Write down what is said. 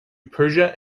persia